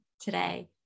today